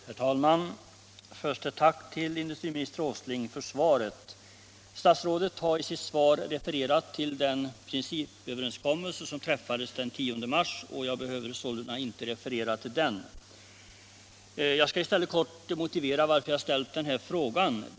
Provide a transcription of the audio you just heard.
Herr talman! Först ett tack till industriministern Åsling för svaret. Statsrådet har i sitt svar refererat till den principöverenskommelse som träffades den 10 mars, och jag behöver sålunda inte gå in på den. I stället skall jag kort motivera varför jag ställde den här frågan.